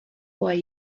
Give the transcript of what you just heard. why